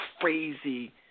crazy